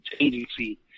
agency